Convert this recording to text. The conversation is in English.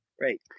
Right